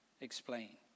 explain